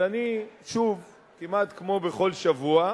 אבל אני, שוב, כמעט כמו בכל שבוע,